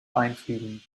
einfügen